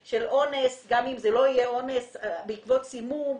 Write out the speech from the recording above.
אונס גם אם זה לא יהיה אונס בעקבות סימום.